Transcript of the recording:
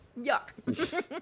yuck